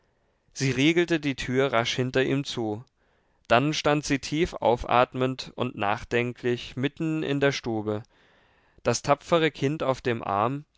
sie riegelte die tür rasch hinter ihm zu dann stand sie tief aufatmend und nachdenklich mitten in der stube das tapfere kind auf dem arm